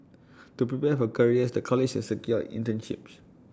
to prepare for careers the college has secured internships